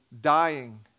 dying